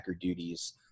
duties